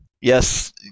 Yes